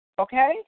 okay